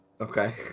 Okay